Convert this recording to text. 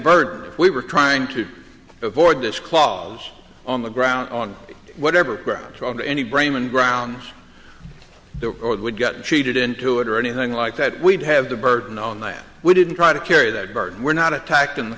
bird we were trying to avoid this clause on the ground on whatever grounds on any braman grounds would get cheated into it or anything like that we'd have the burden on that we didn't try to carry that burden were not attacked in the